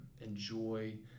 enjoy